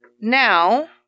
Now